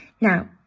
Now